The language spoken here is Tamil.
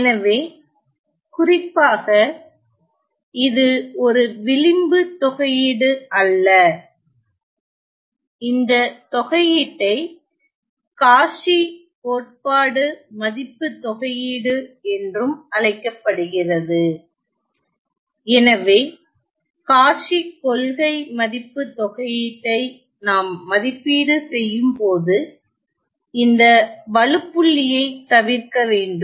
எனவே குறிப்பாக இது ஒரு விளிம்பு தொகையீடு அல்ல இந்த தொகையீட்டை காச்சி கோட்பாடு மதிப்பு தொகையீடு என்றும் அழைக்கப்படுகிறது எனவே காச்சி கொள்கை மதிப்பு தொகையீட்டை நாம் மதிப்பீடு செய்யும்போது இந்த வழுப்புள்ளியைத் தவிர்க்க வேண்டும்